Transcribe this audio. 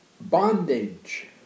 Bondage